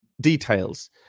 details